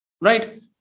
Right